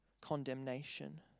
condemnation